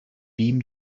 beam